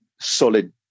solid